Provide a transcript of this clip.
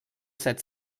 set